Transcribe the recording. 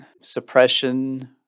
suppression